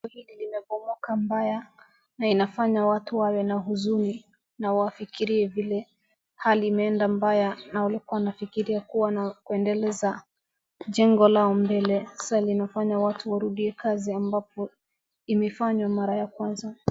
Jengo hili limebomoka mbaya na linafanya watu wawe na huzuni, na wafikirie vile hali imeenda mbaya na walikuwa wanafikiria kuwa na kuendeleza jengo lao mbele. Sasa inafanya watu warudi kazi ambapo imefanywa mara ya kwanza.